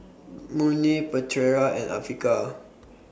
Murni Putera and Afiqah